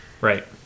right